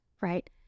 right